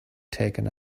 taken